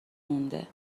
مونده